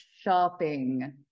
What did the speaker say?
shopping